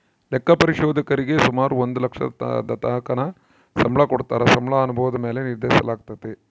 ಲೆಕ್ಕ ಪರಿಶೋಧಕರೀಗೆ ಸುಮಾರು ಒಂದು ಲಕ್ಷದತಕನ ಸಂಬಳ ಕೊಡತ್ತಾರ, ಸಂಬಳ ಅನುಭವುದ ಮ್ಯಾಲೆ ನಿರ್ಧರಿಸಲಾಗ್ತತೆ